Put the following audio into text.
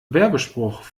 werbespruch